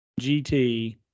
GT